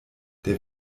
der